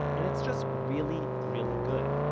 and it's just really really good.